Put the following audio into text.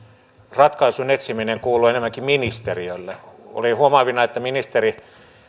ratkaisun etsiminen kuulu enemmänkin ministeriölle olin huomaavinani että ministeri